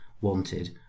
wanted